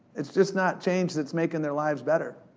it's just not change that's makin' their lives better.